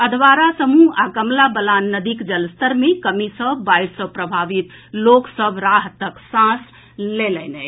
अधवारा समूह आ कमला बलान नदीक जलस्तर मे कमी सँ बाढ़ि सऽ प्रभावित लोक सभ राहतक सांस लेलनि अछि